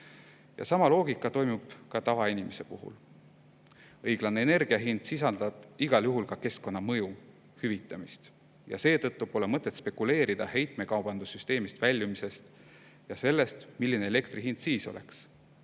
Ja sama loogika toimib tavainimese puhul. Õiglane energia hind sisaldab igal juhul ka keskkonnamõju hüvitamist. Seetõttu pole mõtet spekuleerida heitmekaubandussüsteemist väljumise ja selle üle, milline elektri hind siis oleks.